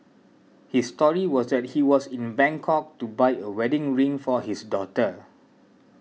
his story was that he was in Bangkok to buy a wedding ring for his daughter